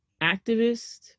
activist